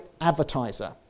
advertiser